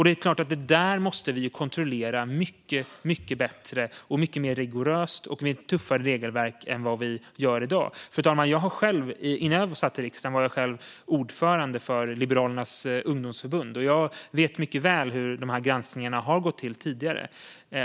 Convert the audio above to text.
Det där måste vi kontrollera mycket bättre, mer rigoröst och med tuffare regelverk än i dag. Fru talman! Innan jag satt i riksdagen var jag ordförande i Liberalernas ungdomsförbund. Jag vet mycket väl hur granskningarna har gått till tidigare.